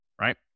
right